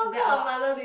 and then our